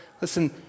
listen